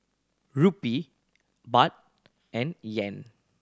Rupee Baht and Yuan